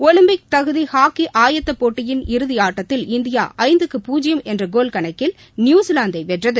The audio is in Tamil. ஒலிம்பிக் தகுதி ஹாக்கி ஆயத்தப் போட்டியின் இறுதி ஆட்டத்தில் இன்று இந்தியா ஐந்து பூஜ்ஜியம் என்ற கோல் கணக்கில் நியுசிலாந்தை வென்றது